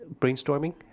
brainstorming